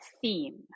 theme